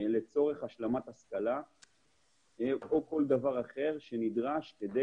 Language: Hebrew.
לצורך השלמת השכלה או כל דבר אחר שנדרש כדי